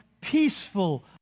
peaceful